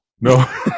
no